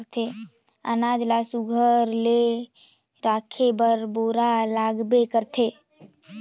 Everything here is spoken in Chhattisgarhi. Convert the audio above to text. अनाज ल सुग्घर ले राखे बर बोरा लागबे करथे